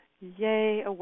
yay